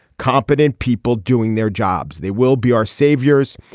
competent people doing their jobs they will be our saviors.